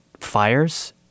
fires